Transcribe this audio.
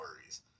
worries